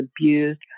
abused